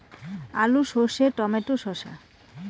আলু সর্ষে টমেটো শসা